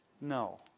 No